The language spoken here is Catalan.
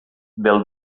del